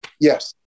Yes